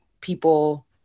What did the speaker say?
people